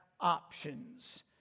options